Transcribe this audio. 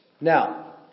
Now